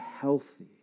healthy